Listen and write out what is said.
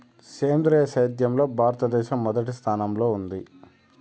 సేంద్రీయ సేద్యంలో భారతదేశం మొదటి స్థానంలో ఉంది